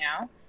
now